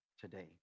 today